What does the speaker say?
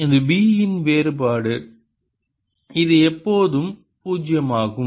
இது B இன் வேறுபாடு இது எப்போதும் பூஜ்ஜியமாகும்